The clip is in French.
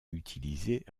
utilisée